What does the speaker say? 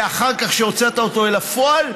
ואחר כך הוצאת אותו אל הפועל,